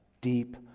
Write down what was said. deep